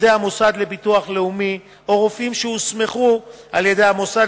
עובדי המוסד לביטוח לאומי או רופאים שהוסמכו על-ידי המוסד